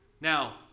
Now